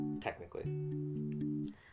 technically